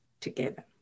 together